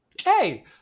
Hey